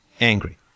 angry